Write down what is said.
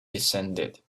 descended